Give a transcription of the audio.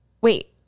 wait